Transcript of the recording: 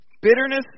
Bitterness